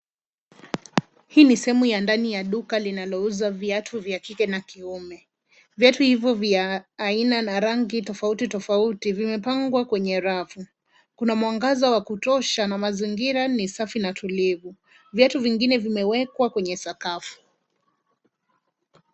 Hii ni sehemu ya ndani ya duka linalouzwa viatu vya kike na kiume. Viatu hivo vya aina na rangi tofauti tofauti vimepangwa kwenye rafu. Kuna mwangaza wa kutosha na mazingira ni safi na tulivu. Viatu vingine vimewekwa kwenye sakafu.